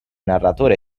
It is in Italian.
narratore